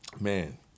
man